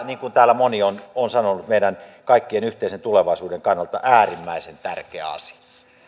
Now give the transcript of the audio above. niin kuin täällä moni on sanonut meidän kaikkien yhteisen tulevaisuuden kannalta äärimmäisen tärkeä asia